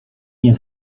nie